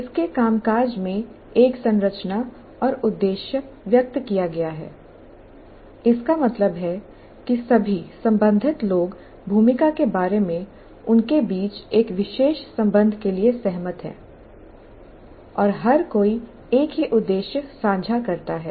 इसके कामकाज में एक संरचना और उद्देश्य व्यक्त किया गया है इसका मतलब है कि सभी संबंधित लोग भूमिका के बारे में उनके बीच एक विशेष संबंध के लिए सहमत हैं और हर कोई एक ही उद्देश्य साझा करता है